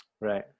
Right